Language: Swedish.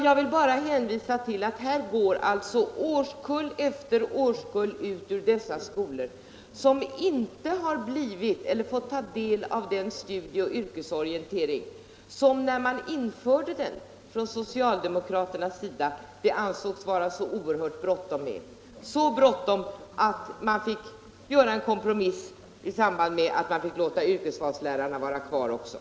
Jag vill bara hänvisa till att årskull efter årskull går ut ur privatskolorna utan att ha fått ta del av den studie-och yrkesorientering som man från socialdemokraternas sida, när den infördes, ansåg det vara så oerhört bråttom med, att man fick göra en kompromiss och låta yrkesvalslärarna vara kvar också.